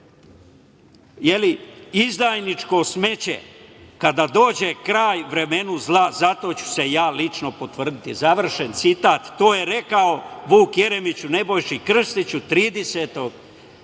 izdajničko smeće, kada dođe kraj vremenu zla, za to ću se ja lično potruditi", završen citat. To je rekao Vuk Jeremić Nebojši Krstiću 30. marta